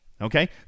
okay